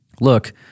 look